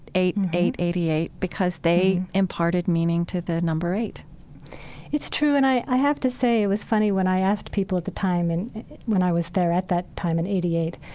eight and eight eighty eight, because they imparted meaning to the number eight it's true. and i have to say, it was funny when i asked people at the time and when i was there at that time in zero eight.